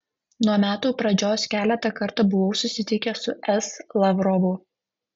nuo metų pradžios keletą kartų buvau susitikęs su s lavrovu